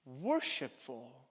worshipful